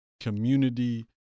community